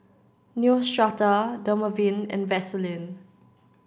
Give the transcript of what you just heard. Neostrata Dermaveen and Vaselin